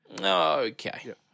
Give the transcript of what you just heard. okay